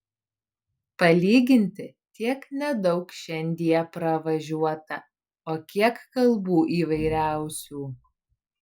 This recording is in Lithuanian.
palyginti tiek nedaug šiandie pravažiuota o kiek kalbų įvairiausių